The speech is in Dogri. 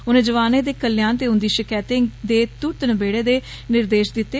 उनें जोआनें दे कल्याण ते उन्दी शकैते दे तुरत नबेड़े दे निर्देश दित्ते